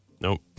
Nope